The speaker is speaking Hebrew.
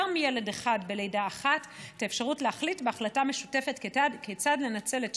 מילד אחד בלידה אחת את האפשרות להחליט בהחלטה משותפת כיצד לנצל את